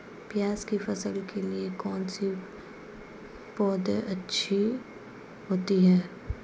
प्याज़ की फसल के लिए कौनसी पौद अच्छी होती है?